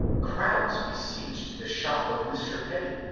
crowds besieged the shop of mr. petty,